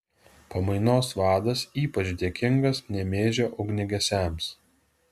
pamainos vadas ypač dėkingas nemėžio ugniagesiams